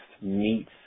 meets